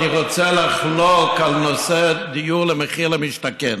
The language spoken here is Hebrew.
אני רוצה לחלוק בנושא דיור על מחיר למשתכן.